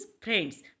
friends